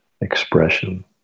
expression